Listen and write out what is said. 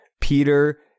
Peter